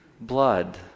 Blood